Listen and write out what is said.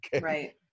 right